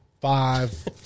Five